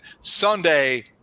Sunday